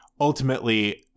ultimately